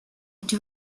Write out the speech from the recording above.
two